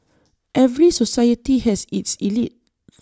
every society has its elite